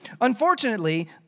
Unfortunately